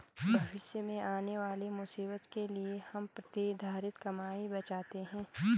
भविष्य में आने वाली मुसीबत के लिए हम प्रतिधरित कमाई बचाते हैं